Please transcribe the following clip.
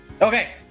Okay